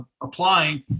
applying